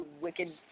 wicked